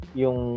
yung